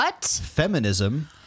feminism